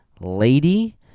lady